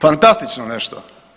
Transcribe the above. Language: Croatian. Fantastično nešto.